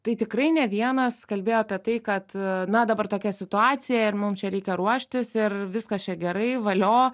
tai tikrai ne vienas kalbėjo apie tai kad na dabar tokia situacija ir mum čia reikia ruoštis ir viskas čia gerai valio